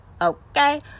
Okay